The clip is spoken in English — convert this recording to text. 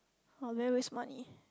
!huh! very waste money